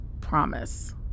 promise